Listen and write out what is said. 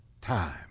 time